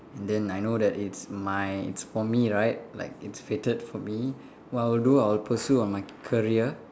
and then I know that it's my it's for me right like it's fated for me what I will do I'll pursue on my career